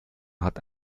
hat